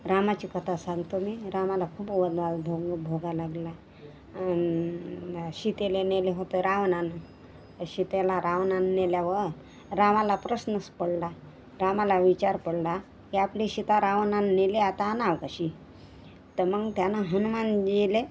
रामाची कथा सांगतो मी रामाला खूप वनवास भोग भोगायला लागला आणि सीतेला नेले होते रावणानं सीतेला रावणानं नेल्यावर रामाला प्रश्नच पडला रामाला विचार पडला की आपली सीता रावणानं नेली आता आणावं कशी तर मग त्याने हनुमान येले